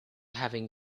having